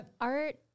art